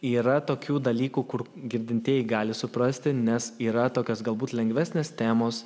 yra tokių dalykų kur girdintieji gali suprasti nes yra tokios galbūt lengvesnės temos